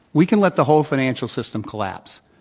we can let the whole financial system collapse,